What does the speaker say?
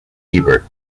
ebert